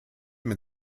mit